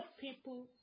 people